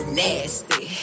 nasty